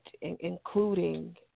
including